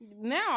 now